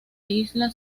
isla